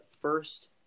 first